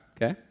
Okay